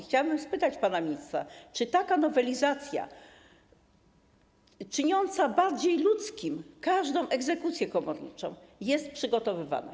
Chciałabym spytać pana ministra, czy taka nowelizacja czyniąca bardziej ludzką każdą egzekucję komorniczą jest przygotowywana?